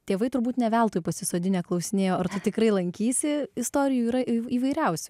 tėvai turbūt ne veltui pasisodinę klausinėjo ar tu tikrai lankysi istorijų yra įv įvairiausių